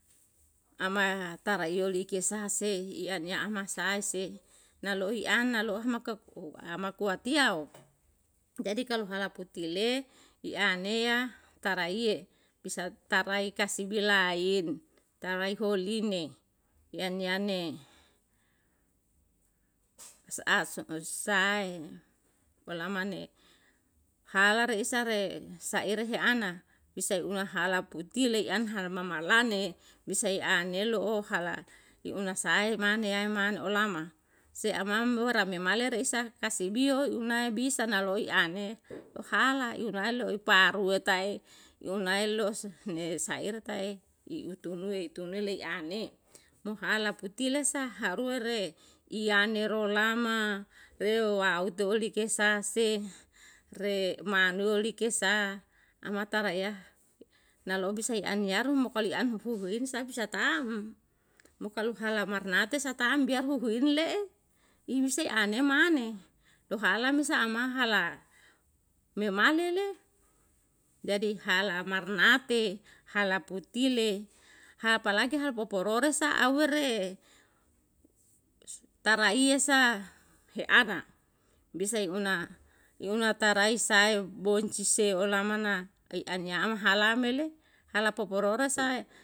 Ama taraiyo like sa se, i an ya ama sai se, na loi an, na lo'o makakuru amakuwatiyao. Jadi kalu hala putile, i aneya taraiye, misal tarai kasibi lain, tarai holine, i an yane sa'a so mo sae, molama ne hala reisa re saire he ana, bisai una hala putile, i an hala mamalane, bisai an yelo'o hala i unae sahae mane an yae mane olama, se amamrua rame male reisa kasibi yo unae bisa naloi an ne hala, i unae loi paruweta'e, unai lo niye saire tae i utunuwe, tunuwe lai i an ne. Mo hala putile sa haruwe re, iyane rolama, reu waute olike sa se, re manuwe likesa, amata raya na lo'o bisa i an yaru mo kalu i an huhuin sa bisa tam. Mo kalu hala marnate sa tam biar huhuin le'e, imisai na ne mane, lo hala mesa amahala me mane le. Jadi hala marnate, hala putile, hapalagi halpopororesa ahuwe re tariye sa he ana, bisai i una, i unai tarai sae boncise olama na kai an yama hala me le hala pokorora sae